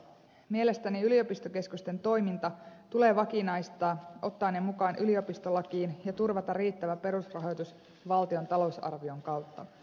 mielestäni yliopistokeskusten toiminta tulee vakinaistaa ottaa ne mukaan yliopistolakiin ja turvata riittävä perusrahoitus valtion talousarvion kautta